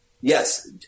yes